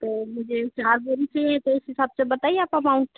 तो मुझे चार बोरी चाहिए तो उस हिसाब से बताइए आप अमाउंट